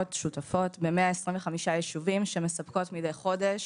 שותפות ב-125 יישובים שמספקות מדי חודש